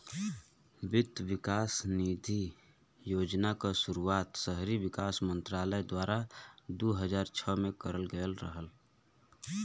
वित्त विकास निधि योजना क शुरुआत शहरी विकास मंत्रालय द्वारा दू हज़ार छह में करल गयल रहल